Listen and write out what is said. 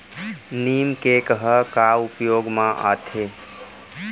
नीम cake ह का उपयोग मा आथे?